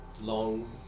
long